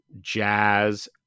jazz